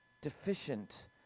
deficient